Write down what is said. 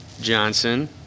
Johnson